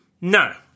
No